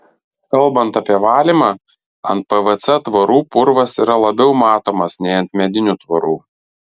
kalbant apie valymą ant pvc tvorų purvas yra labiau matomas nei ant medinių tvorų